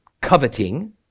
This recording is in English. coveting